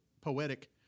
poetic